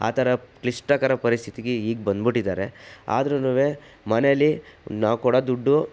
ಆ ಥರ ಕ್ಲಿಷ್ಟಕರ ಪರಿಸ್ಥಿತಿಗೆ ಈಗ ಬಂದ್ಬಿಟ್ಟಿದ್ದಾರೆ ಆದ್ರೂನು ಮನೆಯಲ್ಲಿ ನಾವು ಕೊಡೋ ದುಡ್ಡು